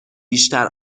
بیشتر